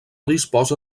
disposa